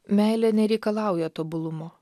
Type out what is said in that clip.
meilė nereikalauja tobulumo